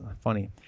funny